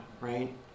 right